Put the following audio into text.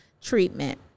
Treatment